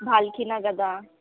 ಭಾಲ್ಕಿನಾಗ್ ಅದ